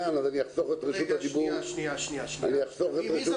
אדוני היושב